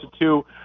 two